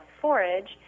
forage